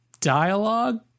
dialogue